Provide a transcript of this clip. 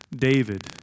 David